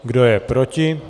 Kdo je proti?